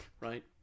right